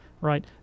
right